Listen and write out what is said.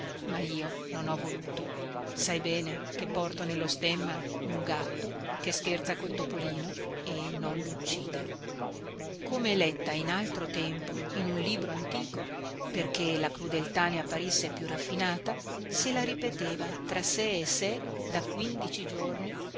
ma io non ho voluto sai bene che porto nello stemma un gatto che scherza col topolino e non luccide come letta in altro tempo in un libro antico perché la crudeltà ne apparisse più raffinata se la ripeteva tra sé e sé da quindici giorni